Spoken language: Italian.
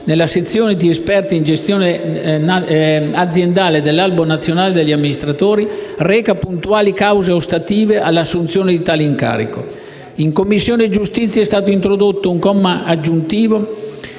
nella sezione di esperti in gestione aziendale dell'Albo nazionale degli amministratori giudiziari, reca puntuali cause ostative all'assunzione di tale incarico. In Commissione giustizia è stato introdotto un comma aggiuntivo